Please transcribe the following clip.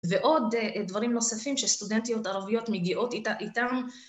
ועוד דברים נוספים שסטודנטיות ערביות מגיעות איתן